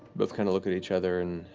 both kind of look at each other, and